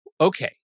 okay